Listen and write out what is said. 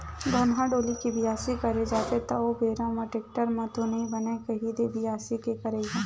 धनहा डोली के बियासी करे जाथे त ओ बेरा म टेक्टर म तो नइ बनय कही दे बियासी के करई ह?